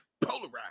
polarized